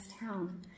town